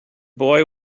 boy